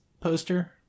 poster